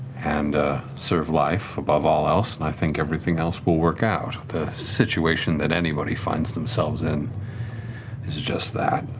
and serve life, above all else, and i think everything else will work out. the situation that anybody finds themselves in is just that.